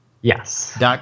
Yes